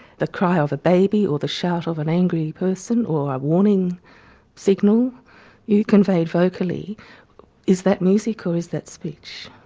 the cry of a baby or the shout of an angry person, or a warning signal you convey vocally is that music or is that speech?